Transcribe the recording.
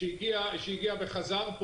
שהגיע וחזר,